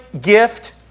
gift